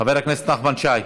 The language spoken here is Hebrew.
חבר הכנסת נחמן שי,